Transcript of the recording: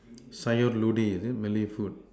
Sayur-Lodeh is it Malay food